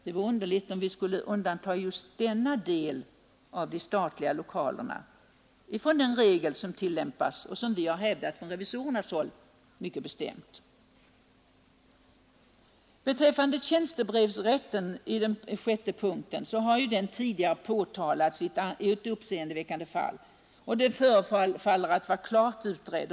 Det vore underligt om vi skulle undanta just denna del av de statliga lokalerna från den regel som tillämpas och som vi revisorer har hävdat mycket bestämt. 6. Användningen av tjänstebrevsrätten har tidigare påtalats i ett uppseendeväckande fall. Detta tycks vara klart utrett.